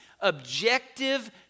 objective